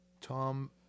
Tom